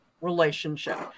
relationship